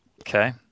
Okay